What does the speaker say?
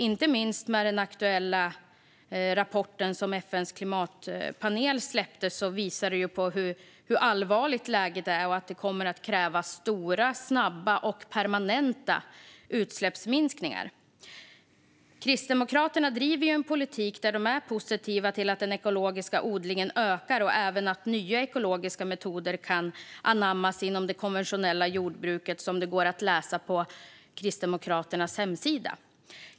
Inte minst den aktuella rapporten som FN:s klimatpanel nyss släppt visar hur allvarligt läget är och att det kommer att krävas stora, snabba och permanenta utsläppsminskningar. Kristdemokraterna driver ju en politik där de är positiva till att den ekologiska odlingen ökar och att nya ekologiska metoder kan anammas inom det konventionella jordbruket, något som går att läsa på Kristdemokraternas hemsida.